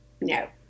no